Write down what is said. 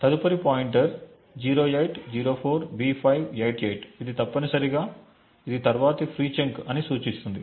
తదుపరి pointer 0804B588 ఇది తప్పనిసరిగా ఇది తరువాతి ఫ్రీ చంక్ అని సూచిస్తుంది